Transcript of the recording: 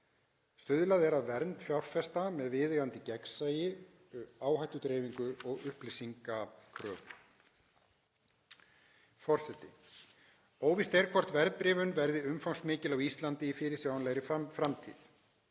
Stuðlað er að vernd fjárfesta með viðeigandi og gagnsærri áhættudreifingu og upplýsingakröfum. Forseti. Óvíst er hvort verðbréfun verði umfangsmikil á Íslandi í fyrirsjáanlegri framtíð.